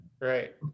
Right